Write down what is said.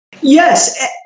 Yes